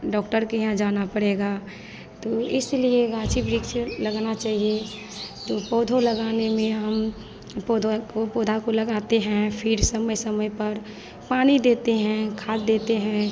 doctor के यहाँ जाना पड़ेगा तो इसलिए गाची वृक्ष लगाना चाहिए तो पौधों लगाने में हम पौधों पौधा को लगाते हैं फ़िर समय समय पर पानी देते हैं खाद देते हैं